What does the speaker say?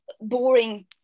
boring